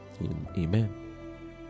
amen